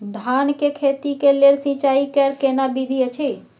धान के खेती के लेल सिंचाई कैर केना विधी अछि?